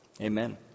amen